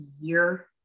year